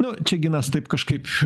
nu čia ginas taip kažkaip